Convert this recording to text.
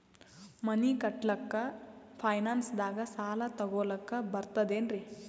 ಮನಿ ಕಟ್ಲಕ್ಕ ಫೈನಾನ್ಸ್ ದಾಗ ಸಾಲ ತೊಗೊಲಕ ಬರ್ತದೇನ್ರಿ?